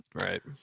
Right